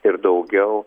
ir daugiau